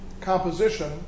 composition